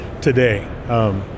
today